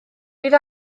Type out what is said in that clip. bydd